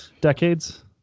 decades